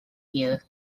here